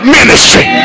ministry